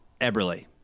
Eberle